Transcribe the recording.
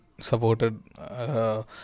supported